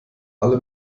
alle